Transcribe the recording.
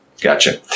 Gotcha